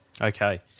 Okay